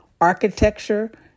architecture